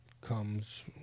comes